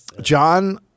John